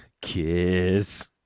Kiss